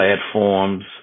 platforms